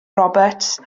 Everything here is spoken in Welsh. roberts